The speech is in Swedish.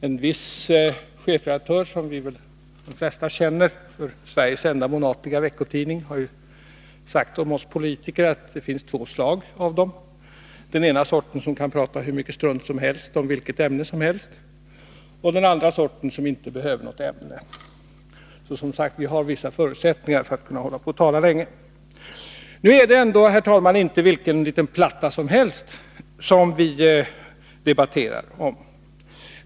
En viss chefredaktör, som väl de flesta känner från Sveriges enda månatliga veckotidning, har sagt att det finns två sorter av oss politiker — den ena sorten kan prata hur mycket strunt som helst om vilket ämne som helst, den andra sorten behöver inte något ämne. Vi har, som sagt, vissa förutsättningar för att kunna tala länge. Nu är det inte, herr talman, vilken liten platta som helst som vi debatterar om.